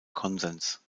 konsens